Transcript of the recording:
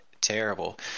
Terrible